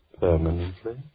...permanently